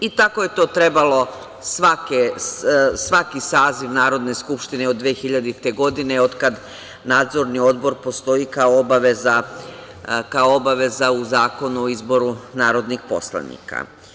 I tako je to trebalo svaki saziv Narodne skupštine od 2000. godine, od kad Nadzorni odbor postoji kao obaveza u Zakonu o izboru narodnih poslanika.